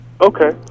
okay